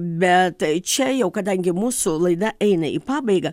bet tai čia jau kadangi mūsų laida eina į pabaigą